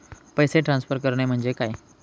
पैसे ट्रान्सफर करणे म्हणजे काय?